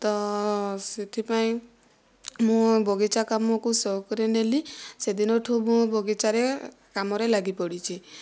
ତ ସେଥିପାଇଁ ମୁଁ ବଗିଚା କାମକୁ ସଉକରେ ନେଲି ସେଦିନ ଠୁ ମୁଁ ବଗିଚାରେ କାମରେ ଲାଗିପଡ଼ିଛି